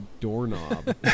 doorknob